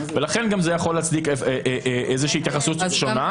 לכן זה יכול להצדיק איזושהי התייחסות שונה.